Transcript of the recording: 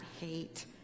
hate